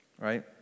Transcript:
right